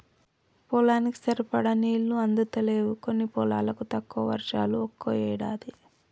పొలానికి సరిపడా నీళ్లు అందుతలేవు కొన్ని పొలాలకు, తక్కువ వర్షాలు ఒక్కో ఏడాది